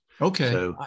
Okay